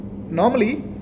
Normally